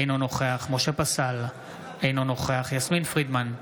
אינו נוכח משה פסל, אינו נוכח יסמין פרידמן,